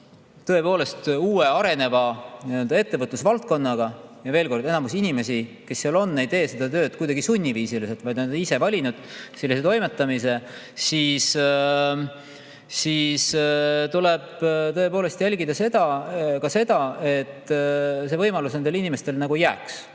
on uue areneva ettevõtlusvaldkonnaga – ja veel kord, enamik inimesi, kes seal on, ei tee seda tööd kuidagi sunniviisiliselt, vaid nad on ise valinud sellise toimetamise –, siis tuleb tõepoolest jälgida seda, et see võimalus nendele inimestele jääks